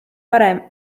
varem